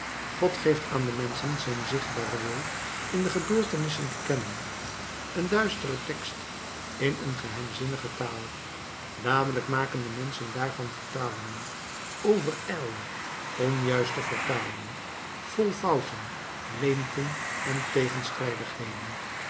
god geeft aan de menschen zijn zichtbaren wil in de gebeurtenissen te kennen een duistere tekst in een geheimzinnige taal dadelijk maken de menschen daarvan vertalingen overijlde onjuiste vertalingen vol fouten leemten en